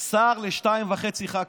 שר לשניים וחצי ח"כים.